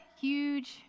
huge